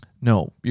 No